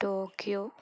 Tokyo